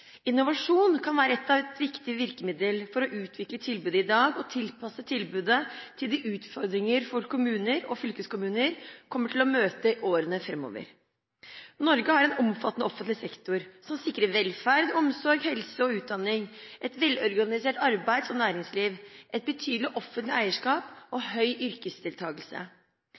Innovasjon kan være et viktig virkemiddel for å utvikle tilbudet i dag og tilpasse tilbudet de utfordringer som kommuner og fylkeskommuner kommer til å møte i årene framover. Norge har en omfattende offentlig sektor som sikrer velferd, omsorg, helse og utdanning, et velorganisert arbeids- og næringsliv, et betydelig offentlig eierskap og høy